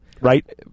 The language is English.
Right